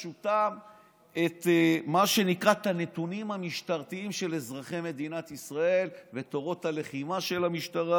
את הנתונים המשטרתיים של אזרחי מדינת ישראל ותורות הלחימה של המשטרה,